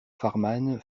farman